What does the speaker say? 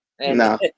no